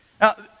Now